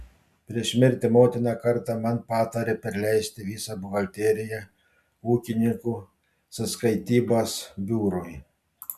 prieš mirtį motina kartą man patarė perleisti visą buhalteriją ūkininkų sąskaitybos biurui